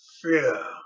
fear